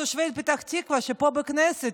תושבי פתח תקווה שפה בכנסת,